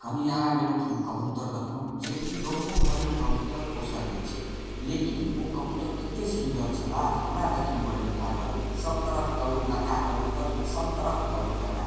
कनी आगाँ गेलहुँ तऽ हम कबूतर देखलहुँ जेकि गाँवो घरमे कबूतर पोसल जाइ छै लेकिन ओ कबूतर एते सुन्दर छलाह जे हमरा देखयमे बड नीक लागल सब तरहक कबूतर लक्का कबूतर सब तरहके कबूतर रहै